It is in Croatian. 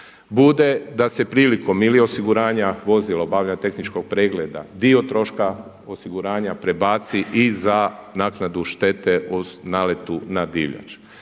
bude, da se prilikom ili osiguranja vozila ili obavljanja tehničkog pregleda dio troška osiguranja prebaci i za naknadu štete u naletu na divljač.